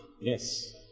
yes